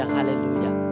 Hallelujah